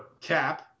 Cap